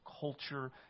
culture